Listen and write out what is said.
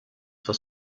for